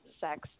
sex